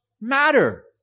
matter